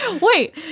wait